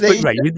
Right